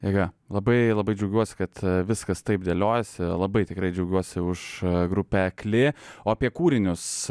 jėga labai labai džiaugiuosi kad viskas taip dėliojasi labai tikrai džiaugiuosi už grupę akli o apie kūrinius